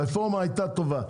הרפורמה הייתה טובה.